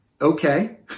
Okay